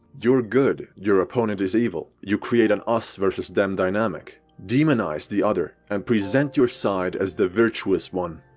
you're good, your opponent is evil. you create an us versus them dynamic, demonize the other and present your side as the virtuous one.